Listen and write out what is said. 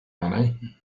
money